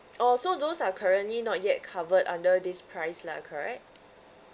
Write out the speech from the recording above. oh so those are currently not yet covered under this price lah correct